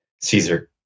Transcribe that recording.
Caesar